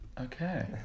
Okay